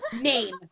Name